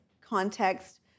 context